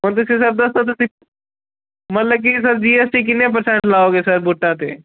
ਹੁਣ ਤੁਸੀ ਸਾਨੂੰ ਦੱਸੋ ਤੁਸੀਂ ਮਤਲਬ ਕਿ ਸਰ ਜੀ ਐੱਸ ਟੀ ਕਿੰਨੇ ਪ੍ਰਸੈਂਟ ਲਾਓਂਗੇ ਸਰ ਬੂਟਾਂ 'ਤੇ